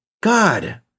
God